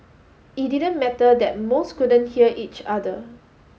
it didn't matter that most couldn't hear each other